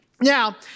Now